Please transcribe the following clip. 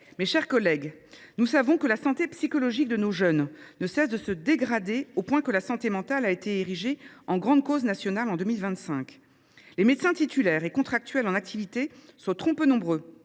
Mes chers collègues, nous savons que la santé psychologique de nos jeunes ne cesse de se dégrader, au point que la santé mentale a été érigée en grande cause nationale en 2025. Les médecins titulaires et contractuels en activité sont trop peu nombreux.